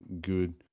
good